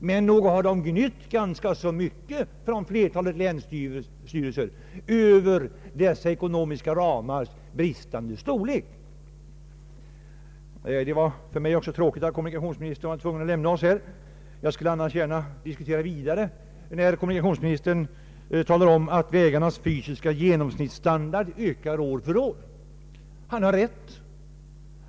Men nog har flertalet länsstyrelser ganska mycket gnytt över dessa ekonomiska ramars minskade storlek. Det var för mig tråkigt att kommunikationsministern var tvungen att lämna kammaren. Jag skulle annars gärna vilja diskutera vidare, när kommunikationsministern talar om att vägarnas fysiska genomsnittsstandard ökar år för år. Han har rätt.